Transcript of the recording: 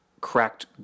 cracked